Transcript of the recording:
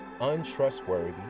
untrustworthy